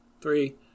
three